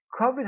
COVID